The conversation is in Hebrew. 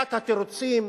תעשיית התירוצים,